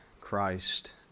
Christ